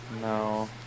No